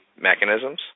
mechanisms